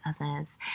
others